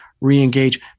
re-engage